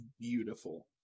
beautiful